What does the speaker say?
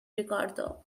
ricardo